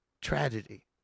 tragedy